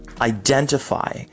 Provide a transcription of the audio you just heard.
identify